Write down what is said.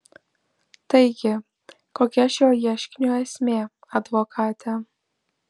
taigi kokia šio ieškinio esmė advokate